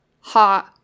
hot